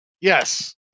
Yes